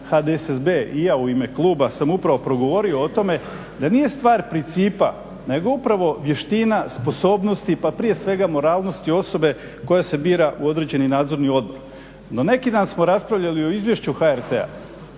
HDSSB i ja u ime kluba sam upravo progovorio o tome da nije stvar principa nego upravo vještina, sposobnost, pa prije svega moralnosti osobe koja se bira u određeni nadzorni odbor. No neki dan smo raspravljali o izvješću HRT-a,